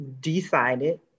decided